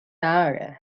نداره